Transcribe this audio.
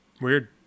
Weird